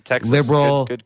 liberal